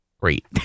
great